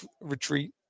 retreat